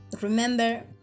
remember